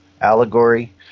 allegory